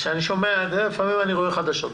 לפעמים אני רואה חדשות.